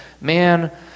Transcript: man